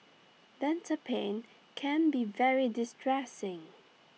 dental pain can be very distressing